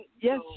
yes